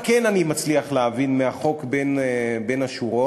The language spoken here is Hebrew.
מה כן אני מצליח להבין מהחוק בין השורות?